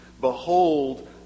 behold